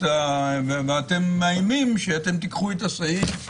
אתם מאיימים שאתם תורידו את הסעיף.